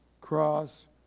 cross